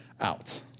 out